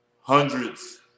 hundreds